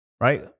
right